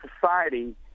society